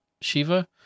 Shiva